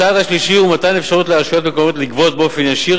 הצעד השלישי הוא מתן אפשרות לרשויות המקומיות לגבות באופן ישיר